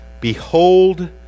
behold